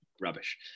Rubbish